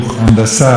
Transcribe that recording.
שירותי ניקיון,